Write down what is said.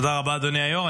תודה רבה, אדוני היו"ר.